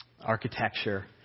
architecture